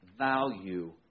value